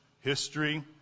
history